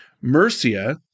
Mercia